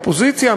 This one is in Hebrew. אופוזיציה,